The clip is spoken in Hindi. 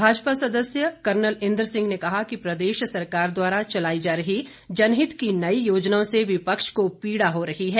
भाजपा सदस्य कर्नल इंद्र सिंह ने कहा कि प्रदेश सरकार द्वारा चलाई जा रही जनहित की नई योजनाओं से विपक्ष को पीड़ा हो रही है